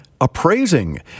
appraising